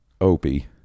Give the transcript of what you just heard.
Opie